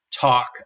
talk